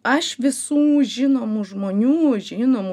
aš visų žinomų žmonių žinomų